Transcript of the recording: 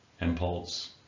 impulse